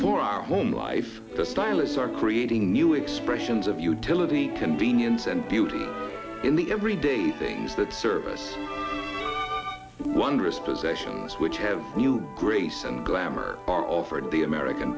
for our home life the stylists are creating new expressions of utility convenience and beauty in the everyday things that serve us wondrous possessions which have grace and glamour are offered the american